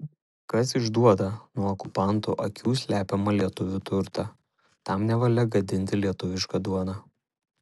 kas išduoda nuo okupantų akių slepiamą lietuvio turtą tam nevalia gadinti lietuvišką duoną